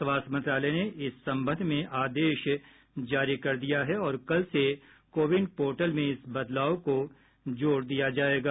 स्वास्थ्य मंत्रालय ने इस संबंध में आदेश जारी कर दिया है और कल से कोविन पोर्टल में इस बदलाव को जोड़ दिया जायेगा